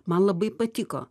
man labai patiko